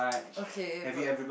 okay but